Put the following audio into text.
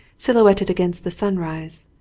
silhouetted against the sunrise,